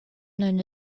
known